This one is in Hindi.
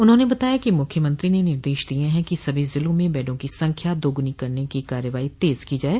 उन्होंने बताया कि मुख्यमंत्री ने निर्देश दिये हैं कि सभी जिलों में बेडों की संख्या दोगुनी करने की कार्रवाई तेज की जाये